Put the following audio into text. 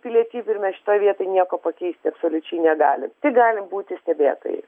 pilietybių ir mes šitoj vietoj nieko pakeisti absoliučiai negalim tik galim būti stebėtojais